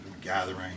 gathering